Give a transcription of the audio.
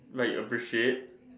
like appreciate